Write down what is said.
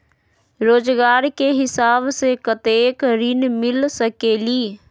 रोजगार के हिसाब से कतेक ऋण मिल सकेलि?